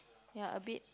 yea a bit